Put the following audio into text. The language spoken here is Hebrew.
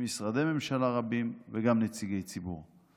ממשרדי הממשלה רבים וגם נציגי ציבור.